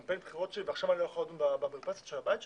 לקמפיין בחירות שלי ועכשיו אני לא אוכל לדון במרפסת של הבית שלו?